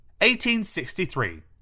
1863